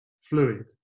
fluid